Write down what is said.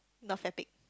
not fatigue